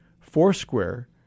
four-square